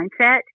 mindset